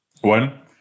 one